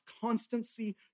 constancy